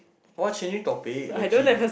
oh changing topic legit